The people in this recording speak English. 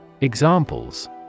Examples